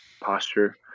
posture